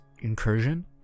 incursion